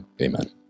amen